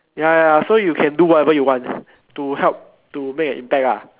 ya ya so you can do whatever you want to help to make an impact ah